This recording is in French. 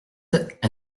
sept